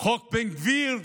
חוק בן גביר.